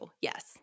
yes